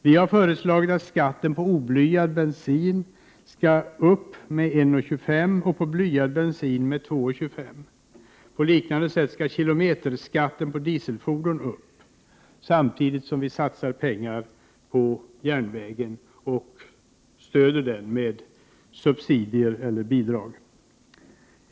Vi har föreslagit att skatten på oblyad bensin skall höjas med 1:25 kronor, och skatten på blyad bensin med 2:25 kronor. På liknande sätt skall kilometerskatten på dieselfordon höjas. Samtidigt satsar vi pengar på järnvägen och stödjer den med subsidier eller bidrag.